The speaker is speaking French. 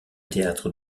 théâtre